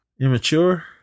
Immature